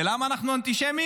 ולמה אנחנו אנטישמים?